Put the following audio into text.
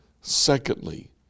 Secondly